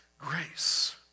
grace